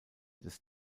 des